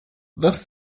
thus